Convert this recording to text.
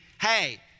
hey